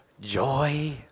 joy